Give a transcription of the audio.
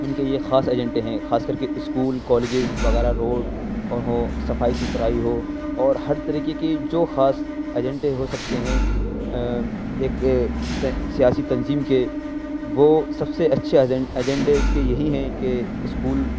ان کے یہ خاص ایجنڈے ہیں خاص کر کے اسکول کالجز وغیرہ روڈ ہوں صفائی ستھرائی ہو اور ہر طریقے کی جو خاص ایجننڈے ہو سکتے ہیں ایک سیاسی تنظیم كے وہ سب سے اچّھے ایجنڈے اس كے یہی ہیں کہ اسکول